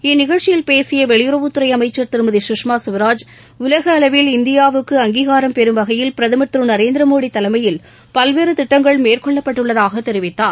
இந்நிகழ்ச்சியில் பேசிய வெளியுறவுத்துறை அமைச்சர் திருமதி சுஷ்மா ஸ்வராஜ் உலகளவில் இந்தியாவுக்கு அங்கீகாரம் பெறும் வகையில் பிரதமர் திரு நரேந்திர மோடி தலைமையில் பல்வேறு திட்டங்கள் மேற்கொள்ளப்பட்டுள்ளதாக தெரிவித்தார்